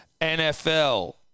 NFL